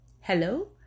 Hello